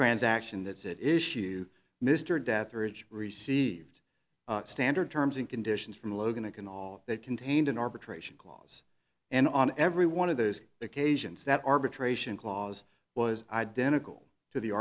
transaction that said issue mr deatherage received standard terms and conditions from logan a can all that contained an arbitration clause and on every one of those occasions that arbitration clause was identical to the